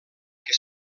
que